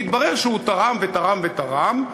והתברר שהוא תרם ותרם ותרם.